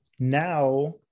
now